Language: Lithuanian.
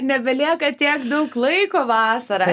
nebelieka tiek daug laiko vasarą